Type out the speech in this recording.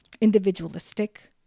individualistic